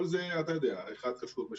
כל זה, אתה יודע, אחד קשור בשני.